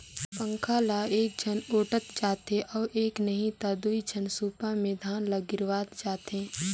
पंखा ल एकझन ओटंत जाथे अउ एक नही त दुई झन सूपा मे धान ल गिरावत जाथें